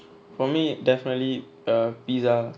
for me definitely uh pizza